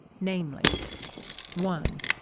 namely one.